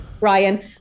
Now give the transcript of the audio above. Ryan